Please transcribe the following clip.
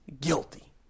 guilty